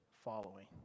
following